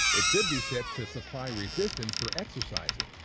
it could be set to supply resistance for exercising